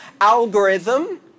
algorithm